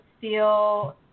feel